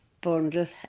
bundle